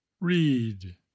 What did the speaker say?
read